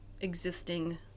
existing